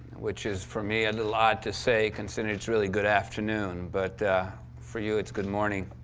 which is, for me, a little odd to say considering it's really good afternoon. but for you it's good morning.